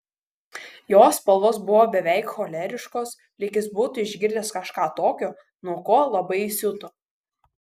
jo spalvos buvo beveik choleriškos lyg jis būtų išgirdęs kažką tokio nuo ko labai įsiuto